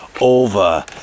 over